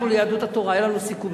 אנחנו, ליהדות התורה, היו לנו סיכומים.